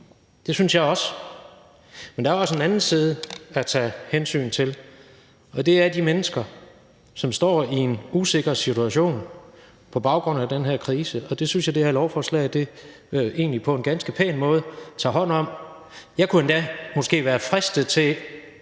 det synes jeg også. Men der er også en anden side at tage hensyn til, og det er de mennesker, som står i en usikker situation på baggrund af den her krise, og det synes jeg egentlig at det her lovforslag på en ganske pæn måde tager hånd om. Jeg kunne måske endda være fristet til